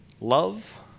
love